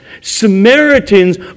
Samaritans